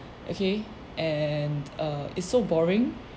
okay and err it's so boring